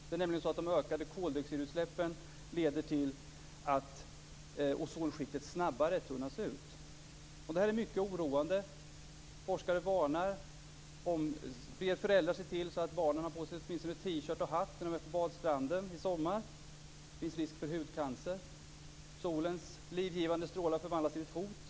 De ökade koldioxidutsläppen leder till att ozonskiktet snabbare tunnas ut. Detta är mycket oroande. Forskare ber föräldrarna att se till att barnen har på sig åtminstone en T-shirt och en hatt på sig på badstranden i sommar. Det finns risk för hudcancer. Solens livgivande strålar förvandlas till ett hot.